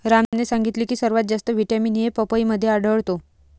रामने सांगितले की सर्वात जास्त व्हिटॅमिन ए पपईमध्ये आढळतो